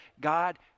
god